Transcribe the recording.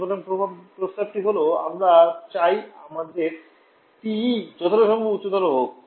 সুতরাং প্রস্তাবটি হল আমরা চাই আমাদের টিই যতটা সম্ভব উচ্চতর হোক